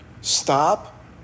Stop